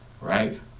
right